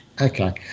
Okay